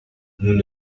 nous